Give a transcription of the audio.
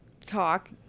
talk